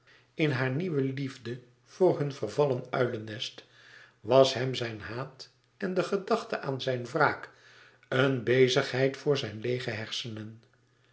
in haar nieuwe liefde voor hun vervallen uilennest was hem zijn haat en de gedachte aan zijn wraak een bezigheid voor zijn leêge hersenen